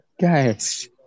Guys